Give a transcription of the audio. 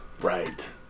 Right